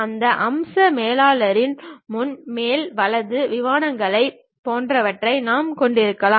அந்த அம்ச மேலாளரில் முன் மேல் வலது விமானங்கள் போன்றவற்றை நாம் கொண்டிருக்கலாம்